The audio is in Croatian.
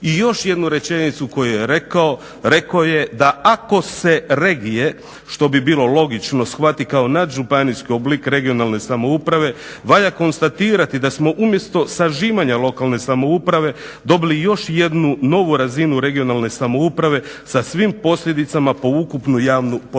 I još jednu rečenicu koju je rekao, rekao je da ako se regije što bi bilo logično shvati kao nadžupanijski oblik regionalne samouprave, valja konstatirati da smo umjesto sažimanja lokalne samouprave dobili još jednu novu razinu regionalne samouprave sa svim posljedicama po ukupnu javnu potrošnju.